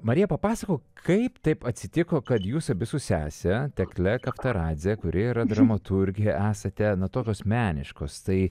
marija papasakok kaip taip atsitiko kad jūs abi su sese tekle kaftaradze kuri yra dramaturgė esate na tokios meniškos tai